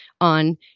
on